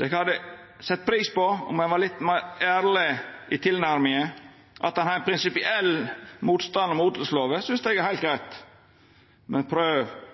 Eg hadde sett pris på om ein var litt meir ærleg i tilnærminga. At ein har ein prinsipiell motstand mot odelslova, synest eg er heilt greitt, men